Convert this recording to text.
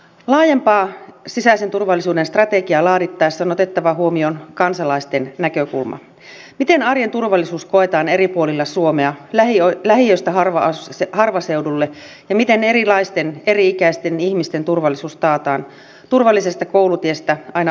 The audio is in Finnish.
laajempaa sisäisen turvallisuuden strategiaa laadittaessa on otettava huomioon kansalaisten näkökulma miten arjen turvallisuus koetaan eri puolilla suomea lähiöstä harvaseudulle ja miten erilaisten eri ikäisten ihmisten turvallisuus taataan turvallisesta koulutiestä aina arvokkaaseen vanhuuteen